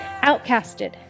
outcasted